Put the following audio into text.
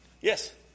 Yes